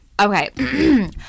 Okay